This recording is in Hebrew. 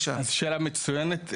זו שאלה מצוינת.